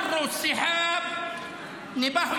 -- (אומר בערבית: העננים אינם ניזוקים מנביחות